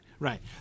Right